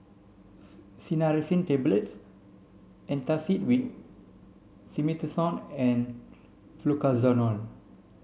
Cinnarizine Tablets Antacid with Simethicone and Fluconazole